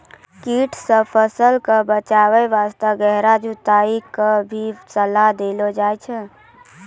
कीट सॅ फसल कॅ बचाय वास्तॅ गहरा जुताई के भी सलाह देलो जाय छै